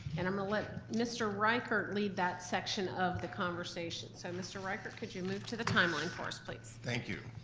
and i'm gonna let mr. riegert lead that section of the conversation. so, mr. riegert, could you move to the timeline for us, please? thank you,